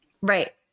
Right